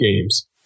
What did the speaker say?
games